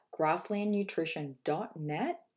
grasslandnutrition.net